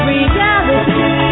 Reality